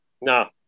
No